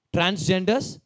Transgenders